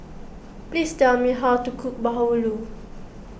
please tell me how to cook Bahulu